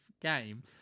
game